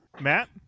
Matt